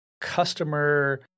customer